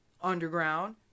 underground